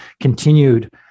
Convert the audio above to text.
continued